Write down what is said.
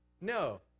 No